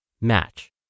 match